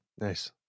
Nice